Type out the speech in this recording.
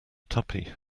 tuppy